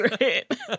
right